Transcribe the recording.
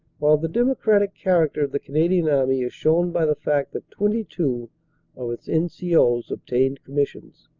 while the democratic character of the canadian army is shown by the fact that twenty two of its n c o's obtained commissions.